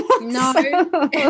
no